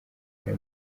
real